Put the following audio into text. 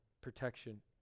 protection